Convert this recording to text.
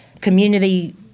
community